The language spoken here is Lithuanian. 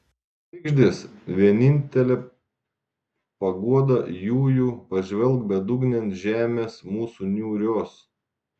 žvaigždės vienintele paguoda jųjų pažvelk bedugnėn žemės mūsų niūrios